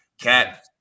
Cat